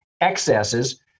excesses